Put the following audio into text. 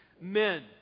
men